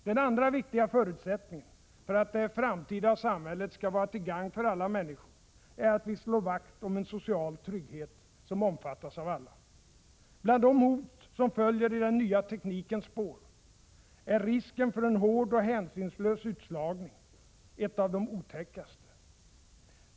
Den andra viktiga förutsättningen för att det framtida samhället skall vara till gagn för alla människor är att vi slår vakt om en social trygghet som omfattas av alla. Bland de hot som följer i den nya teknikens spår är risken för en hård och hänsynslös utslagning ett av de otäckaste.